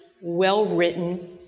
well-written